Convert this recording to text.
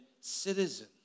citizen